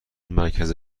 مرکز